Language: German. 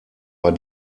war